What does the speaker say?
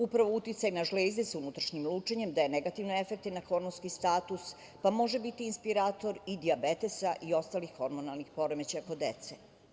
Upravo uticaj na žlezde sa unutrašnjim lučenjem daje negativne efekte na hormonski status, pa može biti inspirator i dijabetesa i ostalih hormonalnih poremećaja kod dece.